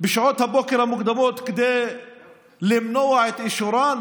בשעות הבוקר המוקדמות כדי למנוע את אישורן?